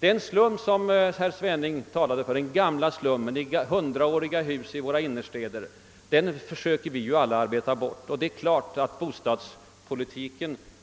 Den slum som herr Svenning talade om, den gamla slummen i hundraåriga hus i våra innerstäder, försöker ju alla att arbeta bort. Det är klart att vår bostadspolitik